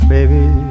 Baby